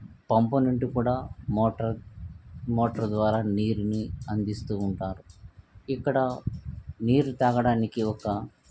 పంపు నుండి కూడా motor motor ద్వారా నీరుని అందిస్తూ ఉంటారు ఇక్కడ నీరు తాగడానికి ఒక